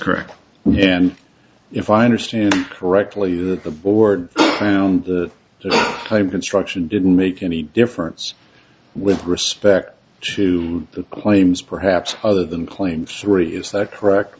correct and if i understand correctly that the board found the construction didn't make any difference with respect to the claims perhaps other than claim three is that